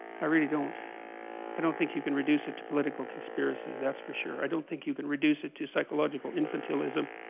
i really don't i don't think you can reduce it to political conspiracy that's for sure i don't think you could reduce it to psychological infantilism